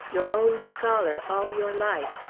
your own scholar, all your life,